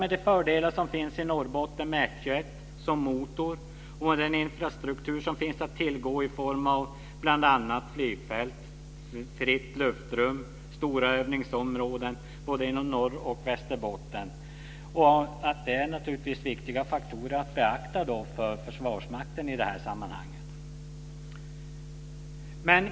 De fördelar som finns i Norrbotten med F 21 som motor och med den infrastruktur som finns att tillgå i form av bl.a. flygfält, fritt luftrum, stora övningsområden både inom Norrbotten och Västerbotten är naturligtvis viktiga faktorer att beakta för Försvarsmakten i det här sammanhanget.